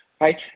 right